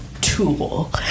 tool